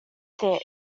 thick